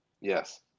Yes